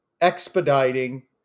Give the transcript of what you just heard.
expediting